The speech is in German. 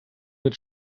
mit